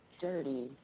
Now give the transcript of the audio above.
dirty